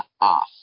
off